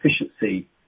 efficiency